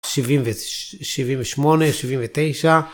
שבעים ושמונה, שבעים ותשע.